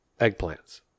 Eggplants